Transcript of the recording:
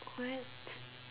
what